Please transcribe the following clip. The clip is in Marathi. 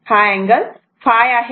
हा अँगल ϕ आहे